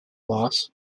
boss